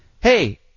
hey